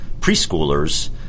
preschoolers